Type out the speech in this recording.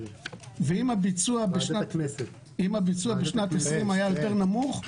ואם הביצוע בשנת 2020 היה יותר נמוך,